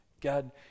God